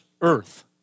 earth